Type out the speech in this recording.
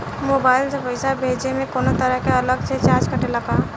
Mobile से पैसा भेजे मे कौनों तरह के अलग से चार्ज कटेला का?